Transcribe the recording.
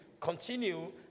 continue